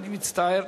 אני מצטער.